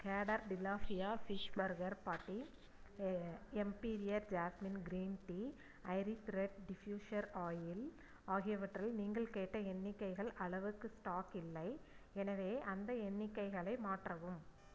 கேடர் tilapia fish burger patty emperor jasmine green tea iris red diffuser oil ஆகியவற்றில் நீங்கள் கேட்ட எண்ணிக்கைகள் அளவுக்கு ஸ்டாக் இல்லை எனவே அந்த எண்ணிக்கைகளை மாற்றவும்